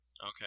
Okay